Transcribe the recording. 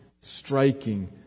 striking